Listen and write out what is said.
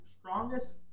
strongest